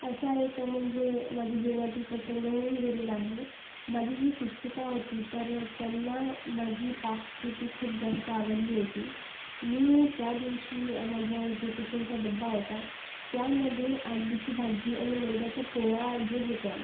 असा एक म्हणजे माझ्या जीवनातील प्रसंग होऊन गेलेला आहे माझी जी शिक्षिका होती तर त्यांना माझी पाककृती खूप जास्त आवडली होती मी त्या दिवशी माझ्या जो टिफिनचा डब्बा होता त्यामध्ये आलूची भाजी आणि मैद्याच्या पोळ्या जे होत्या